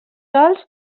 sols